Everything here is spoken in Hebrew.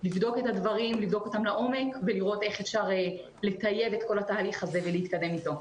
לבדוק אותם לעומק ולראות איך אפשר לטייב את כל התהליך הזה ולהתקדם אתו.